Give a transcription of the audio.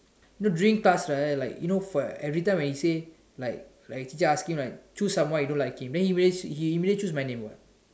you know during class right like you know for every time he say like like he keep asking like choose someone you don't like him then he always he immediately choose my name what